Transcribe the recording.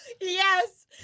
Yes